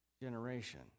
generation